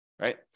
right